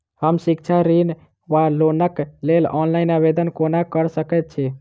हम शिक्षा ऋण वा लोनक लेल ऑनलाइन आवेदन कोना कऽ सकैत छी?